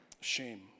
Shame